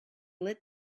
lit